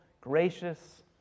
gracious